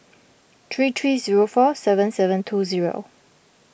three three zero four seven seven two zero